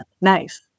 Nice